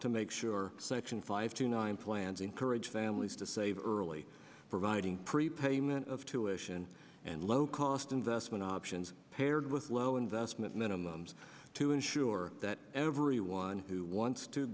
to make sure section five to nine plans encourage families to save early providing prepayment of tuitions and low cost investment options paired with low investment minimums to ensure that everyone who wants to